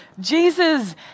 Jesus